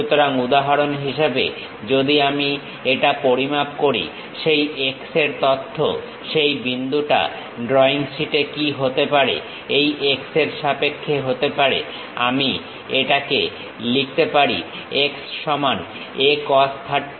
সুতরাং উদাহরণ হিসেবে যদি আমি এটা পরিমাপ করি সেই x এর তথ্য সেই বিন্দুটা ড্রয়িং শীটে কি হতে পারে এই x এর সাপেক্ষে হতে পারে আমি এটাকে লিখতে পারি x সমান A cos 30